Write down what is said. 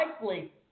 likely